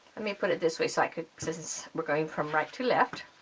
the me put it this way so like ah since were going from right to left